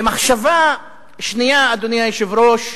אדוני היושב-ראש,